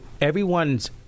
everyone's